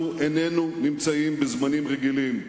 אנחנו איננו נמצאים בזמנים רגילים.